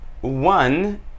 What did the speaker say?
One